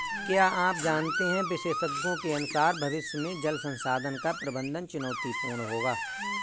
क्या आप जानते है विशेषज्ञों के अनुसार भविष्य में जल संसाधन का प्रबंधन चुनौतीपूर्ण होगा